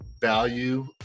value